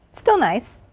still nice.